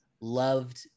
loved